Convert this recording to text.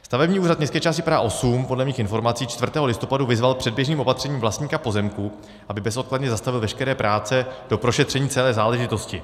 Stavební úřad městské části Praha 8 podle mých informací 4. listopadu 2019 vyzval předběžným opatřením vlastníka pozemku, aby bezodkladně zastavil veškeré práce do prošetření celé záležitosti.